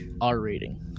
r-rating